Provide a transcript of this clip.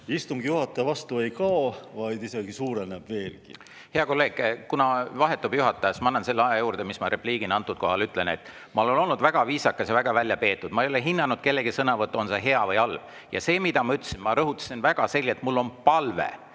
istungi juhataja vastu ei kao, vaid suureneb veelgi. Hea kolleeg, kuna vahetub juhataja, siis ma annan selle aja juurde, mis ma repliigina siinkohal ütlen. Ma olen olnud väga viisakas ja väga väljapeetud, ma ei ole hinnanud kellegi sõnavõttu, on see hea või halb. See, mida ma ütlesin – ma rõhutasin väga selgelt: mul on palve.